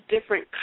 different